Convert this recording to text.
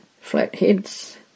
flatheads